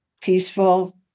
Peaceful